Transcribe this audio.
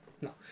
No